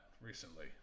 recently